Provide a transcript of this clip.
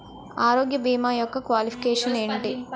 ఆరోగ్య భీమా యెక్క క్వాలిఫికేషన్ ఎంటి?